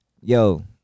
yo